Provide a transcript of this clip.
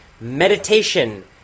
Meditation